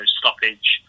stoppage